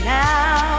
now